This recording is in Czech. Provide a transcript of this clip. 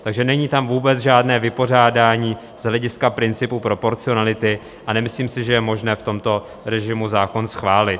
Takže není tam vůbec žádné vypořádání z hlediska principu proporcionality a nemyslím si, že je možné v tomto režimu zákon schválit.